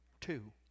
Two